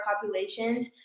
populations